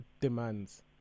demands